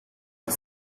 the